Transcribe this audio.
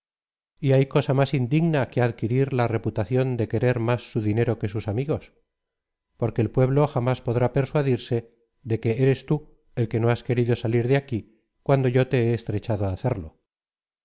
abandonado y hay cosa más indigna que adquirir la reputación de querer más su dinero que sus amigos porque el pueblo jamás podrá persuadirse de que platón obras completas edición de patricio de azcárate tomo adrid eres tú el que no has querido salir de aquí cuando yo te he estrechado á hacerlo